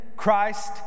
christ